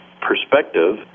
perspective